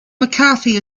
mccarthy